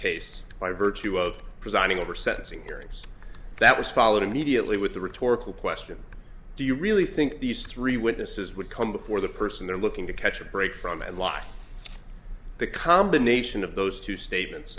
case by virtue of presiding over sentencing that was followed immediately with a rhetorical question do you really think these three witnesses would come before the person they're looking to catch a break from a lot the combination of those two statements